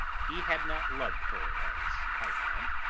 he had not loved her as i had,